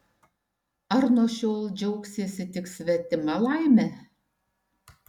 ar nuo šiol džiaugsiesi tik svetima laime